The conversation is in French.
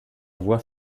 voie